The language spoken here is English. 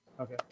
okay